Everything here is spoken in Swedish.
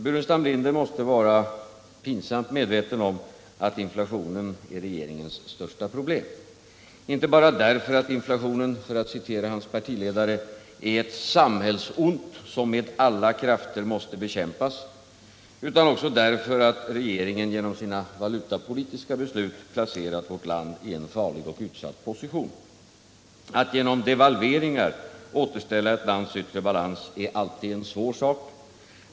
Burenstam Linder mäste vara pinsamt medveten om att inflationen är regeringens största problem, inte bara därför att den, för att citera hans partiledare, ”är ett samhällsont som med alla krafter måste bekämpas”, utan också därför att regeringen genom sina valutapolitiska beslut placerat vårt land i en farlig och utsatt position. Att genom devalveringar återställa ett lands yttre balans är alltid en svår sak.